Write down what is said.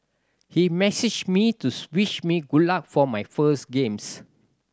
he messaged me to wish me good luck for my first games